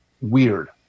weird